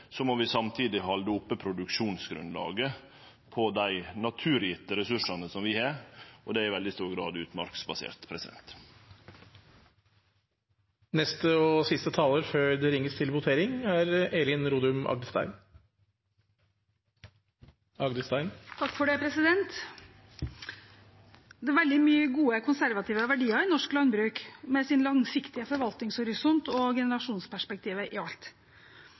må vi samtidig halde oppe produksjonsgrunnlaget på dei naturgjevne ressursane vi har, og det er i veldig stor grad utmarksbasert. Det er veldig mange gode konservative verdier i norsk landbruk, med sin langsiktige forvaltningshorisont og generasjonsperspektivet i alt.